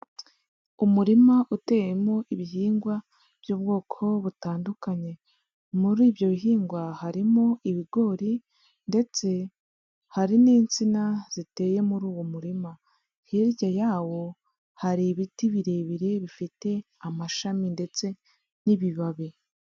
Umurima uteyemo ibihingwa by'ubwoko butandukanye, muri ibyo bihingwa harimo ibigori ndetse hari n'insina ziteye muri uwo murima, hirya yawo hari ibiti birebire bifite amashami ndetse n'ibibabi.